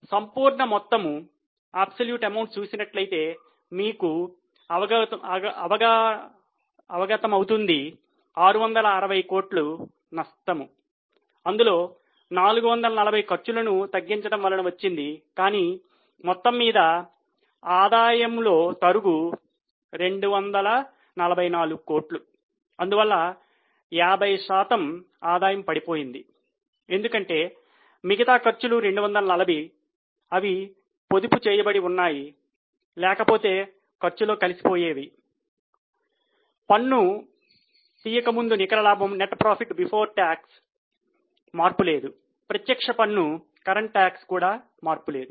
మీరు సంపూర్ణ మొత్తము కూడా మార్పు లేదు